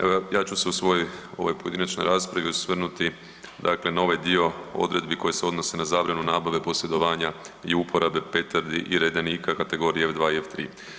Evo ja ću se u svojoj ovoj pojedinačnoj raspravi osvrnuti, dakle na ovaj dio odredbi koje se odnose na zabranu nabave, posjedovanja i uporabe petardi i redenika kategorije F2 i F3.